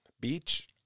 Beach